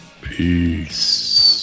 peace